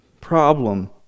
problem